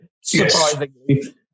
surprisingly